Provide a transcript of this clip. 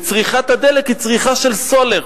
וצריכת הדלק היא צריכה של סולר.